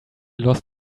lost